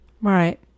right